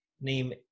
name